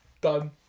done